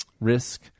risk